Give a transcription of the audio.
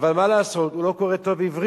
אבל מה לעשות, הוא לא קורא טוב עברית,